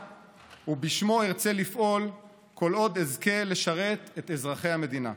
ושבשמו ארצה לפעול כל עוד אזכה לשרת את אזרחי המדינה.